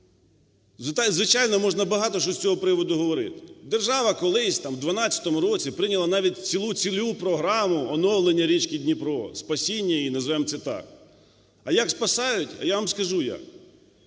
Звичайно, можна багато чого з цього приводу говорити. Держава колись там, у 2012 році, прийняла навіть цілу цільову програму оновлення річки Дніпро, спасіння її, назвемо це так. А як спасають? А я вам скажу, як.